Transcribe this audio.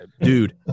dude